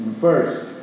First